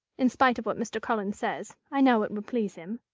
in spite of what mr. collins says, i know it would please him.